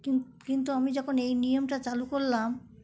কিন্তু আমি যখন এই নিয়মটা চালু করলাম